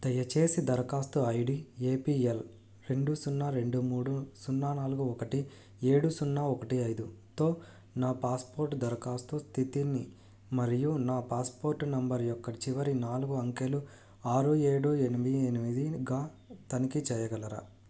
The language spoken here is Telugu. దయచేసి దరఖాస్తు ఐడీ ఏపీఎల్ రెండు సున్నా రెండు మూడు సున్నా నాలుగు ఒకటి ఏడు సున్నా ఒకటి ఐదుతో నా పాస్పోర్ట్ దరఖాస్తు స్థితిని మరియు నా పాస్పోర్ట్ నంబర్ యొక్క చివరి నాలుగు అంకెలు ఆరు ఏడు ఎనిమిది ఎనిమిది గా తనిఖీ చేయగలరా